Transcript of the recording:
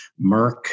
Merck